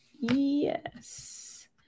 Yes